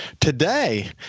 Today